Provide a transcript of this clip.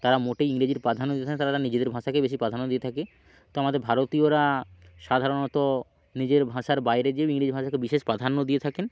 তারা মোটেই ইংরেজির প্রাধান্য দিচ্ছে না তারা নিজেদের ভাষাকেই বেশি প্রাধান্য দিয়ে থাকে তো আমাদের ভারতীয়রা সাধারণত নিজের ভাষার বাইরে যেয়েও ইংরেজি ভাষাকে বিশেষ প্রাধান্য দিয়ে থাকেন